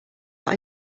but